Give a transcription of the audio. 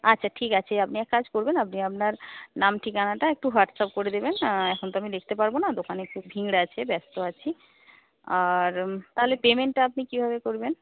আচ্ছা ঠিক আছে আপনি এক কাজ করবেন আপনি আপনার নাম ঠিকানাটা একটু হোয়াটসঅ্যাপ করে দেবেন এখন তো আমি দেখতে পারব না দোকানে খুব ভিড় আছে ব্যস্ত আছি আর তাহলে পেমেন্টটা আপনি কীভাবে করবেন